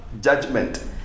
judgment